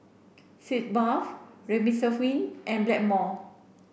Sitz bath Remifemin and Blackmore